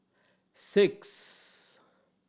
six